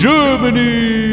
Germany